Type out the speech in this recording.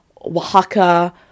Oaxaca